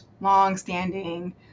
long-standing